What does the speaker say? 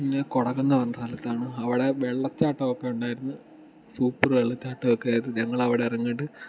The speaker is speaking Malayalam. പിന്നെ കൊടക് എന്ന് പറയുന്ന സ്ഥലത്താണ് അവിടെ വെള്ളച്ചാട്ടം ഒക്കെ ഉണ്ടായിരുന്നു സൂപ്പർ വെള്ളച്ചാട്ടം ഒക്കെ ആയിരുന്നു ഞങ്ങൾ അവിടെ ഇറങ്ങിയിട്ട്